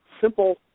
simple